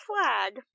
flag